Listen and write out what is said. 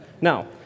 Now